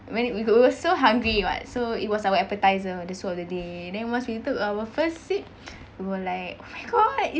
when w~ we were so hungry [what] so it was our appetizer the soup of the day then once we took our first sip we were like my god it